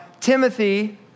Timothy